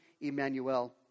Emmanuel